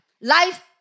life